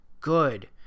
good